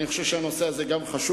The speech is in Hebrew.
אני חושב שגם הנושא הזה חשוב,